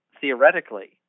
theoretically